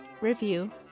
review